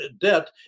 debt